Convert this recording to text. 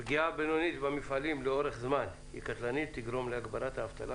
פגיעה בינונית במפעלים לאורך זמן היא קטלנית ותגרום להגברת אבטלה,